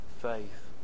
faith